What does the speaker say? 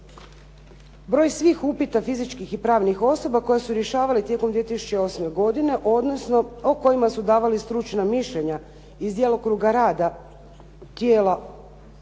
broj svih upita fizičkih i pravih osoba koje su rješavali tijekom 2008. godine, odnosno o kojima su davali stručna mišljenja iz djelokruga rada tijela,